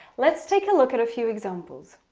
let's take a look at a few examples.